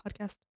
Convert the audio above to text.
podcast